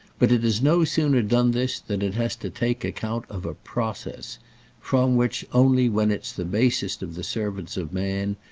but it has no sooner done this than it has to take account of a process from which only when it's the basest of the servants of man,